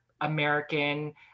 American